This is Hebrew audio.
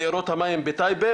לבארות המים בטייבה,